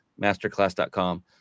masterclass.com